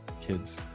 kids